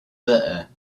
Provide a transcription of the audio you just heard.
there